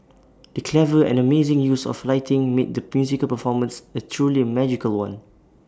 the clever and amazing use of lighting made the musical performance A truly magical one